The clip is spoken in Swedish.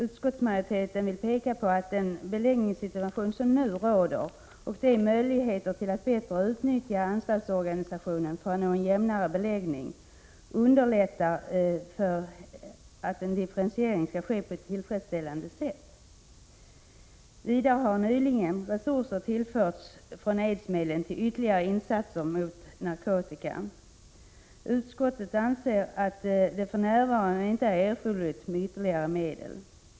Utskottsmajoriteten vill peka på att med den beläggningssituation som nu råder och de möjligheter som finns att bättre utnyttja anstaltsorganisationen för att nå en jämnare beläggning kan en differentiering ske på ett tillfredsställande sätt. Vidare har nyligen resurser tillförts från aidsmedlen till ytterligare insatser mot narkotika. Utskottet anser därför att det för närvarande inte är erforderligt med ytterligare medel.